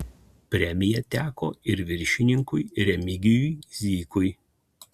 premija teko ir viršininkui remigijui zykui